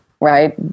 right